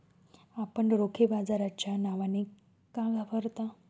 आपण रोखे बाजाराच्या नावाने का घाबरता?